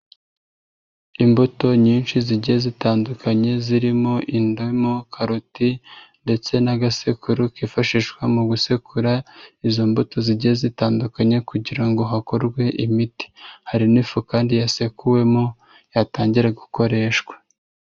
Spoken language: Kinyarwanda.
Imbuto nyinshi zijya zitandukanye zirimo indamu, karoti ndetse n'agasekuru kifashishwa mu gusekura izo mbuto zigiye zitandukanye kugira ngo hakorwe imiti, hari n'ifu kandi yasekuwemo yatangira gukoreshwa.